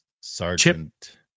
Sergeant